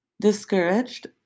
discouraged